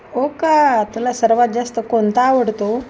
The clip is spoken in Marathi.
हो का त्याला सर्वात जास्त कोणता आवडतो